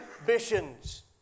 ambitions